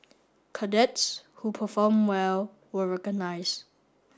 cadets who performed well were recognised